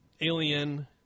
alien